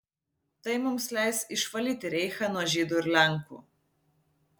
tai mums leis išvalyti reichą nuo žydų ir lenkų